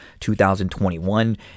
2021